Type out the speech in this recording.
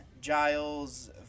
Giles